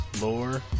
lore